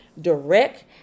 direct